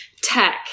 tech